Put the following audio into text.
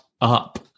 up